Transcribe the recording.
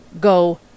go